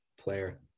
player